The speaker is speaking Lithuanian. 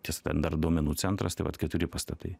tiesa ten dar duomenų centras tai vat keturi pastatai